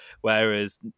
Whereas